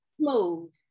Smooth